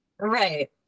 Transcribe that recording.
Right